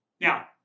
Now